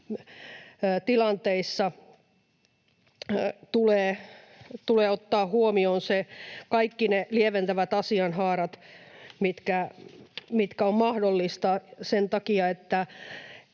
tilanteissa tulee ottaa huomioon kaikki ne lieventävät asianhaarat, mitkä on mahdollista, sen takia, että